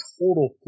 total